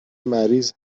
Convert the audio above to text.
مریض